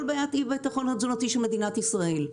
בעיית האי-ביטחון התזונתי של מדינת ישראל.